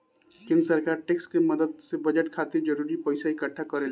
केंद्र सरकार टैक्स के मदद से बजट खातिर जरूरी पइसा इक्कठा करेले